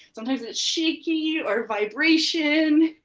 sometimes it's shaky or vibration.